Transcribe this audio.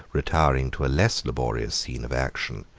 retiring to a less laborious scene of action,